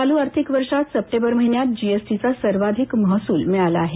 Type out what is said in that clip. चालू आर्थिक वर्षात सप्टेंबर महिन्यात जीएसटीचा सर्वाधिक महसूल मिळाला आहे